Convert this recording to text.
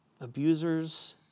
Abusers